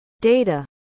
data